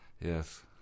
Yes